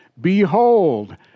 Behold